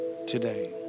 Today